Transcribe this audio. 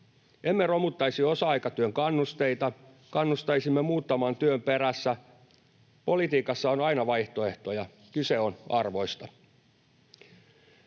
Emme romuttaisi osa-aikatyön kannusteita. Kannustaisimme muuttamaan työn perässä. Politiikassa on aina vaihtoehtoja. Kyse on arvoista.